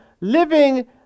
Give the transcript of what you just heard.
living